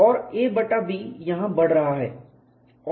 और a बटा B यहां बढ़ रहा है